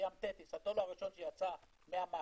בים תטיס הדולר הראשון שיצא מהמאגר